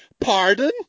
pardon